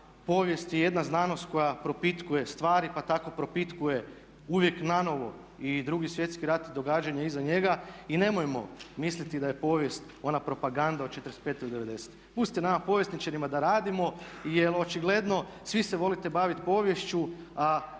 povijest je jedna znanost koja propitkuje stvari pa tak propitkuje uvijek nanovo i 2.svjetski rat i događanja iza njega. I nemojmo misliti da je povijest ona propaganda od 45. do 90. Pustite nama povjesničarima da radimo jer očigledno svi se volite baviti poviješću